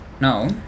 Now